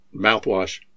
mouthwash